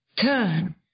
turn